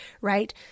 right